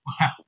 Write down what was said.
Wow